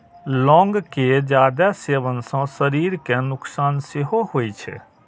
लौंग के जादे सेवन सं शरीर कें नुकसान सेहो होइ छै